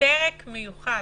בפרק מיוחד.